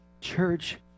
Church